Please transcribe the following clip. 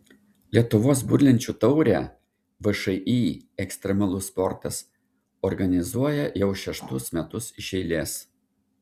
lietuvos burlenčių taurę všį ekstremalus sportas organizuoja jau šeštus metus iš eilės